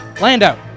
Lando